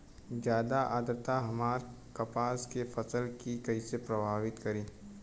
ज्यादा आद्रता हमार कपास के फसल कि कइसे प्रभावित करी?